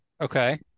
Okay